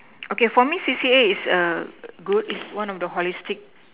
okay for me C_C_A is err good it's one of the holistic